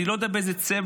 אני לא יודע באיזה צבע,